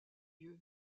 lieu